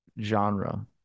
genre